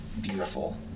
beautiful